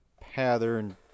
pattern